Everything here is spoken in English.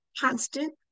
constant